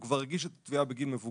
הוא כבר הגיש את התביעה בגיל מבוגר,